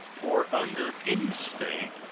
or under any state,